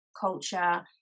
culture